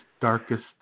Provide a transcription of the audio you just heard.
darkest